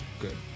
Good